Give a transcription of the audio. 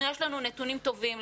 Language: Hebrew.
יש לנו נתונים טובים,